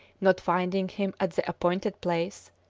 not finding him at the appointed place,